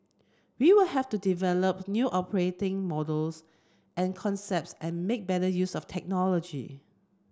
we will have to develop new operating models and concepts and make better use of technology